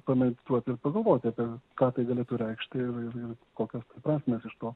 pamedituoti ir pagalvoti apie ką tai galėtų reikšti ir ir kokios prasmės iš to